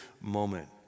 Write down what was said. moment